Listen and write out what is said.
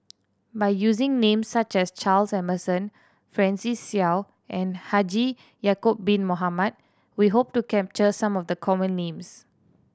by using names such as Charles Emmerson Francis Seow and Haji Ya'acob Bin Mohamed we hope to capture some of the common names